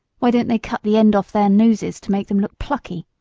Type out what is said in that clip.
why don't they cut the end off their noses to make them look plucky?